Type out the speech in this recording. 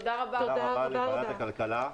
תודה רבה לוועדת הכלכלה,